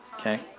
Okay